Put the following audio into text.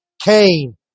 Cain